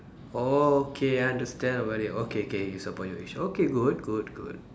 oh okay I understand already okay okay it's about your age okay good good good